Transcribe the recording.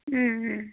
ও ও